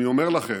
אני אומר לכם,